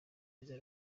neza